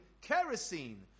kerosene